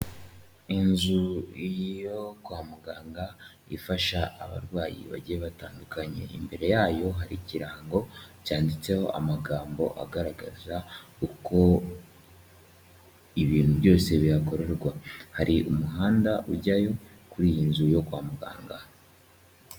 Inzu yo kwa muganga ifasha abarwayi bagiye batandukanye imbere yayo hari ikirango cyanditseho amagambo agaragaza uko ibintu byose bihakorerwa hari umuhanda ujyayo kuri iyi nzu yo kwa muganga.